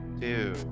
two